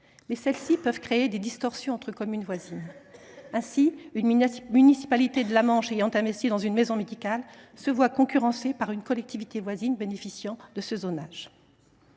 mais celles ci peuvent créer des distorsions entre communes voisines. Ainsi, une municipalité de la Manche ayant investi dans une maison médicale est concurrencée par une collectivité voisine bénéficiant de ce zonage.